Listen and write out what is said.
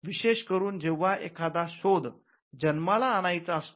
विशेष करून जेव्हा एखादा शोध जन्माला आणायचा असतो